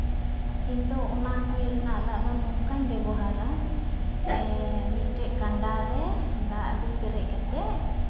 ᱤᱧ ᱫᱚ ᱚᱱᱟ ᱠᱩᱧ ᱨᱮᱱᱟᱜ ᱫᱟᱜ ᱫᱚ ᱱᱚᱝᱠᱟᱧ ᱵᱮᱵᱚᱦᱟᱨᱟ ᱢᱤᱫᱴᱮᱱ ᱠᱟᱸᱰᱟ ᱨᱮ ᱫᱟᱜ ᱞᱩ ᱯᱮᱨᱮᱡ ᱠᱟᱛᱮᱫ